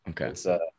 Okay